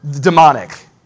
demonic